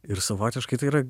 ir savotiškai tai yra